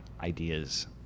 ideas